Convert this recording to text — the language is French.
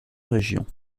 région